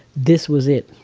this was it.